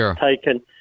taken